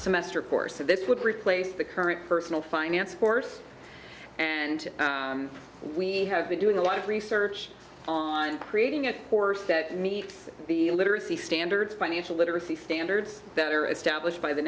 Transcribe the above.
semester course that this would replace the current personal finance course and we have been doing a lot of research on creating a course that meets the literacy standards financial literacy standards that are established by the